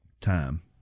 time